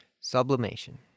Sublimation